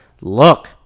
Look